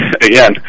again